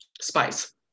Spice